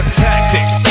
tactics